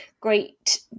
great